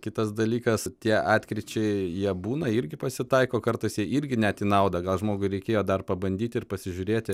kitas dalykas tie atkryčiai jie būna irgi pasitaiko kartais jie irgi net į naudą gal žmogui reikėjo dar pabandyti ir pasižiūrėti